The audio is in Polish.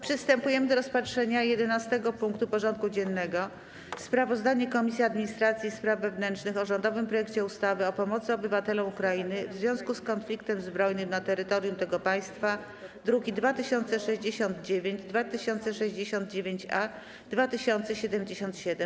Przystępujemy do rozpatrzenia punktu 11. porządku dziennego: Sprawozdanie Komisji Administracji i Spraw Wewnętrznych o rządowym projekcie ustawy o pomocy obywatelom Ukrainy w związku z konfliktem zbrojnym na terytorium tego państwa (druki nr 2069, 2069-A i 2077)